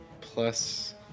plus